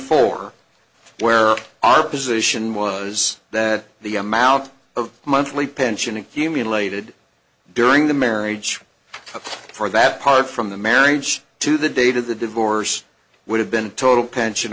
four where our position was that the amount of monthly pension accumulated during the marriage for that part from the marriage to the date of the divorce would have been total pension